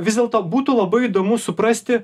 vis dėlto būtų labai įdomu suprasti